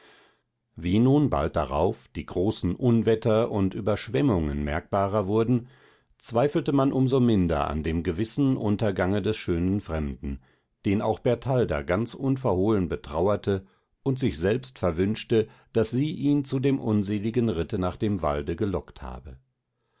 wie nun bald darauf die großen unwetter und überschwemmungen merkbarer wurden zweifelte man um so minder an dem gewissen untergange des schönen fremden den auch bertalda ganz unverhohlen betrauerte und sich selbst verwünschte daß sie ihn zu dem unseligen ritte nach dem walde gelockt habe